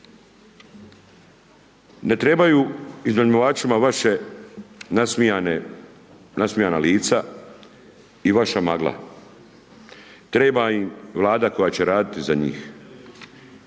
Ne trebaju iznajmljivačima vaše nasmijana lica i vaša magla. Treba im Vlada koja će raditi za njih.